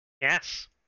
Yes